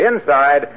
inside